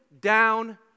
down